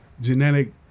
genetic